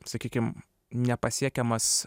sakykim nepasiekiamas